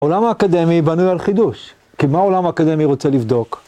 עולם האקדמי בנוי על חידוש, כי מה עולם האקדמי רוצה לבדוק?